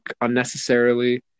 unnecessarily